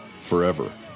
forever